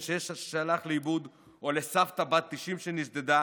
שש שהלך לאיבוד או לסבתא בת 90 שנשדדה,